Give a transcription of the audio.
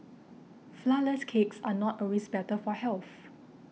Flourless Cakes are not always better for health